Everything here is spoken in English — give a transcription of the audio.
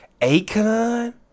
Akon